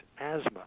asthma